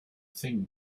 thing